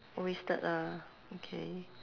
wasted lah okay